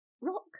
rock